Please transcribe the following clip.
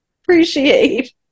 Appreciate